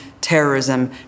terrorism